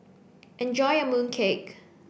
enjoy your mooncake